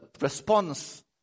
response